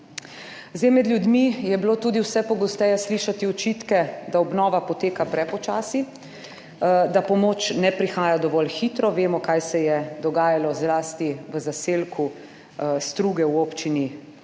Zdaj, med ljudmi je bilo tudi vse pogosteje slišati očitke, da obnova poteka prepočasi, da pomoč ne prihaja dovolj hitro. Vemo, kaj se je dogajalo, zlasti v zaselku Struge, v občini